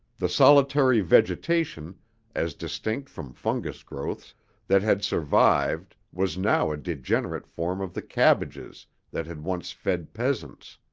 the solitary vegetation as distinct from fungus growths that had survived, was now a degenerate form of the cabbages that had once fed peasants.